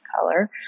color